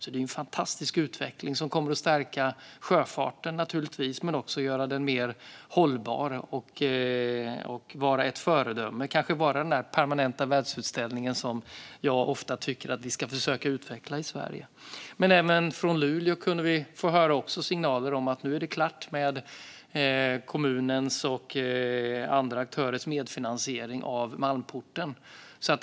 Det är en fantastisk utveckling som naturligtvis kommer att stärka sjöfarten, men också göra den mer hållbar, så att den kan vara ett föredöme och kanske vara en del av den där permanenta världsutställningen som jag tycker att vi ska försöka utveckla i Sverige. Från Luleå fick vi höra signaler om att det nu är klart med kommunens och andra aktörers medfinansiering av Malmporten.